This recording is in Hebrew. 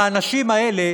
האנשים האלה